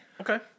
Okay